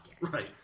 Right